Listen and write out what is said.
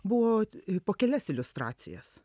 buvo po kelias iliustracijas